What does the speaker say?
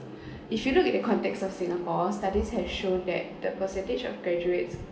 if you look at the context of singapore studies have shown that the percentage of graduates